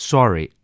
Sorry